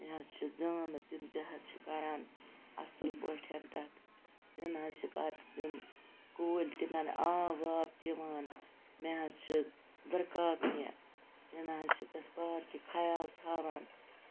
مےٚ حظ چھِ زٲمہٕ تِم تہِ حظ چھِ کران اَصل پٲٹھۍ تَتھ تِم حظ چھِ پَتہٕ تِم کُلۍ تِمَن آب واب دِوان مےٚ حظ چھِ دٕرکاکنہِ تِم حظ چھِ تَتھ پارکہِ خَیال تھاوان